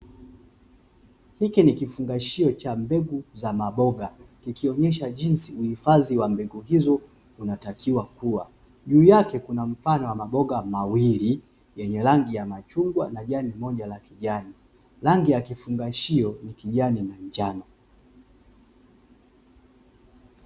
Hiki ni kifungashio cha mbegu za maboga, kikionesha jinsi uifadhi wa mbegu hizo unatakiwa kuwa. Juu yake kuna mfano wa maboga mawili, yenye rangi ya machungwa na jani moja la kijani. Rangi ya kifungashio ni kijani na njano.